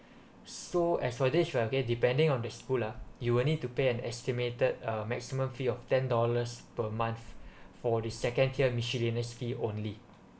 so as for this right okay depending on the school lah you will need to pay an estimated uh maximum fee of ten dollars per month for the second tier miscellaneous fee only